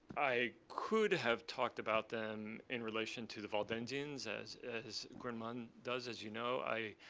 i could have talked about them in relation to the waldensians, as as grundmann does, as you know. i